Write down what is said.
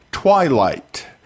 twilight